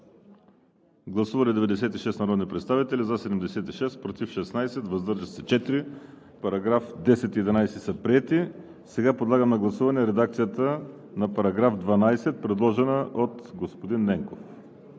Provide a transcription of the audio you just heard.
Гласували 96 народни представители: за 76, против 16, въздържали се 4. Параграфи 10 и 11 са приети. Подлагам на гласуване редакцията на чл. 43, ал. 4 в § 14, предложена от господин Ненков.